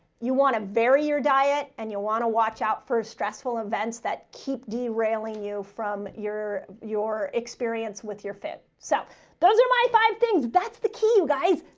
you want to vary your diet and you'll want to watch out for stressful events that keep derailing you from your your experience with your food. so those are my five things. that's the key you guys,